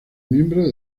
miembro